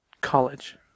college